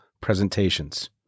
presentations